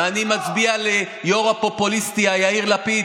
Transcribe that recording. ואני מצביע על היו"ר הפופוליסטי יאיר לפיד,